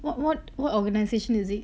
what what what organization is it